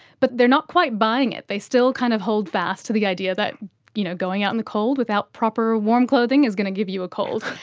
but they are not quite buying it. they still kind of hold fast to the idea that you know going out the cold without proper warm clothing is going to give you a cold.